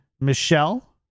Michelle